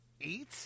eight